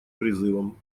призывам